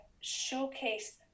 showcase